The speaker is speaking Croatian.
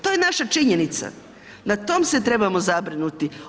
To je naša činjenica, na tome se trebamo zabrinuti.